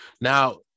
Now